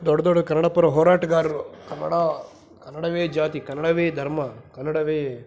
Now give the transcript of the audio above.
ದೊಡ್ಡ ದೊಡ್ಡ ಕನ್ನಡ ಪರ ಹೋರಾಟಗಾರ್ರು ಕನ್ನಡ ಕನ್ನಡವೇ ಜಾತಿ ಕನ್ನಡವೇ ಧರ್ಮ ಕನ್ನಡವೇ